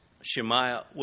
Shemaiah